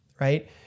right